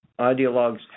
ideologues